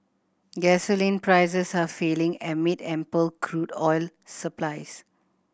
gasoline prices are falling amid ample crude oil supplies